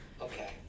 Okay